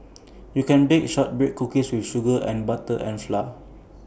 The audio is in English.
you can bake Shortbread Cookies just with sugar butter and flour